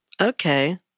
Okay